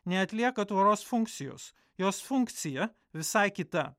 neatlieka tvoros funkcijos jos funkcija visai kita